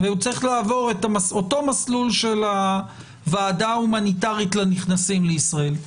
והוא צריך לעבור את כל המסלול של הוועדה ההומניטרית לנכנסים לישראל.